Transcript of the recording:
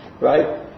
Right